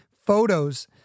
photos